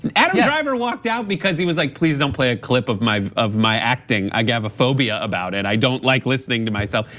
and adam driver walked out because he was like please don't play a clip of my of my acting, i have a phobia about it, i don't like listening to myself.